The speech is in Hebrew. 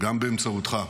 גם באמצעותך,